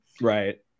right